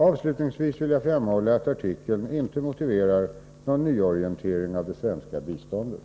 Avslutningsvis vill jag framhålla att artikeln inte motiverar någon nyorientering av det svenska biståndet.